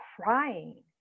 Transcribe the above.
crying